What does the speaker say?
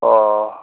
ꯑꯣ